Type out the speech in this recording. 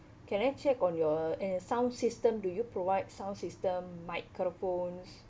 can I check on your uh sound system do you provide sound system microphones